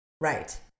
Right